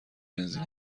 بنزین